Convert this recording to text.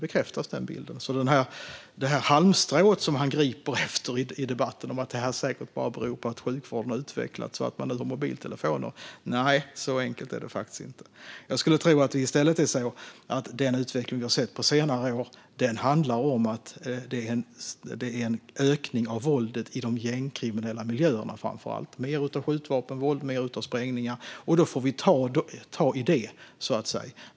Mikael Eskilandersson griper efter ett halmstrå i debatten och säger att det säkert bara beror på att sjukvården har utvecklats och att man nu har mobiltelefoner. Nej, så enkelt är det faktiskt inte. Jag tror i stället att den utveckling som vi har sett på senare år handlar om att det är en ökning av våldet i framför allt de gängkriminella miljöerna med mer av skjutvapen, våld och sprängningar. Då får vi ta tag i det.